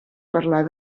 parlar